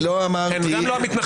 אני לא אמרתי --- הם גם לא המתנחלים.